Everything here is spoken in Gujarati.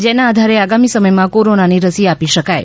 જેના આધારે આગામી સમયમાં કોરોનાની રસી આપી શકાય